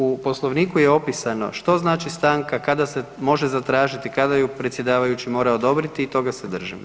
U Poslovniku je opisano što znači stanka kada se može zatražiti, kada ju predsjedavajući mora odobriti i toga se držimo.